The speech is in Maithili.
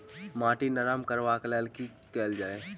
माटि नरम करबाक लेल की केल जाय?